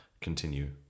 continue